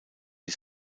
die